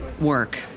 work